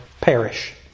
perish